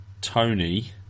Tony